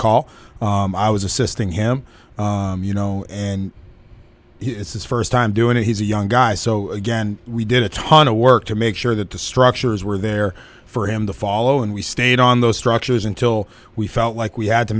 call i was assisting him you know and it's his first time doing it he's a young guy so again we did a ton of work to make sure that the structures were there for him to follow and we stayed on those structures until we felt like we had to